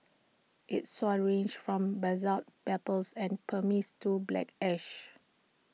its soils range from basalt pebbles and pumice to black ash